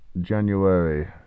January